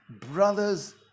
Brothers